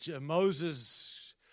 Moses